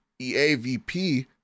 EAVP